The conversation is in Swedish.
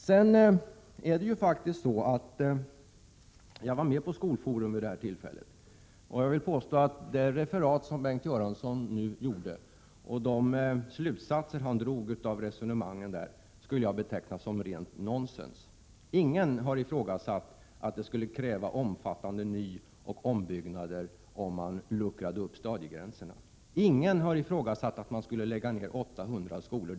Jag var faktiskt med på Skolforum vid det aktuella tillfället, och jag vill beteckna det referat som Bengt Göransson nu lämnade och de slutsatser han drog av resonemangen som rent nonsens. Ingen har ifrågasatt att det skulle krävas omfattande nyoch ombyggnader om man luckrade upp stadiegränserna. Ingen har ifrågasatt att man därför skulle lägga ner 800 skolor.